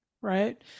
right